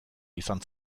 izan